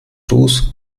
ruß